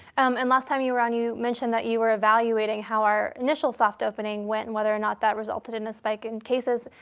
um and last time you were on, you mentioned that you were evaluating how our initial soft opening went and whether or not that resulted in a spike in cases.